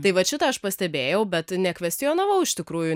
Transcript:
tai vat šitą aš pastebėjau bet nekvestionavau iš tikrųjų